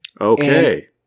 Okay